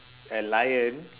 a lion